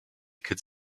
could